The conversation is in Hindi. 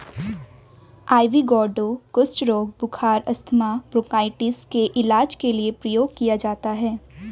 आइवी गौर्डो कुष्ठ रोग, बुखार, अस्थमा, ब्रोंकाइटिस के इलाज के लिए प्रयोग किया जाता है